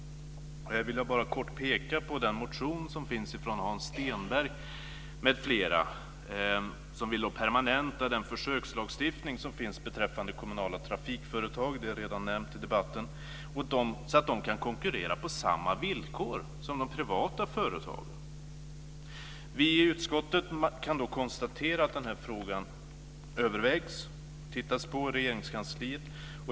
Här vill jag bara kort peka på den motion som finns från Hans Stenberg m.fl. De vill permanenta den försökslagstiftning som finns beträffande kommunala trafikföretag - det är redan nämnt i debatten - så att de kan konkurrera på samma villkor som de privata företagen. Vi i utskottet kan då konstatera att den här frågan övervägs i Regeringskansliet.